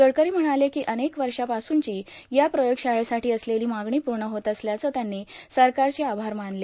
गडकरी म्हणाले की अनेक वर्षापास्रनची या प्रयोगशाळेसाठी असलेली मागणी पूर्ण होत असल्यानं त्यांनी सरकारचे आभार मानले